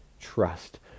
trust